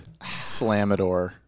Slamador